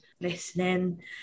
listening